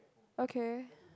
okay